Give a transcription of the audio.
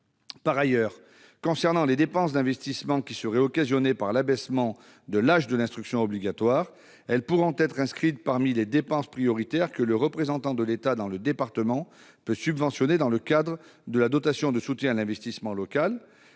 Par ailleurs, concernant les dépenses d'investissement qui seraient occasionnées par l'abaissement de l'âge de l'instruction obligatoire, elles pourront être inscrites parmi les dépenses prioritaires que le représentant de l'État dans le département peut subventionner dans le cadre de la dotation de soutien à l'investissement local,